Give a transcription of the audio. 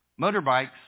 motorbikes